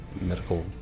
medical